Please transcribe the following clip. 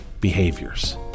behaviors